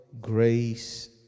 Grace